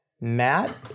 Matt